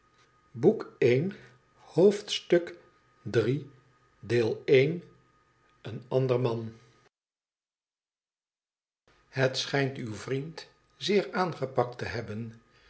ongetwijfeld de uitspraak het schijnt uw vriend zeer aangepakt te hebben